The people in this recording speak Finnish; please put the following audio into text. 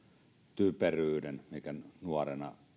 typeryyden mikä nuorena